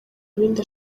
bindi